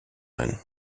ein